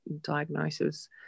diagnosis